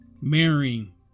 marrying